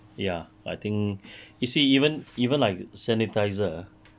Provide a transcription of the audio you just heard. ya I think you see even even like sanitizer